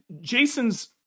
Jason's